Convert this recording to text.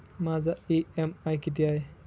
माझा इ.एम.आय किती आहे?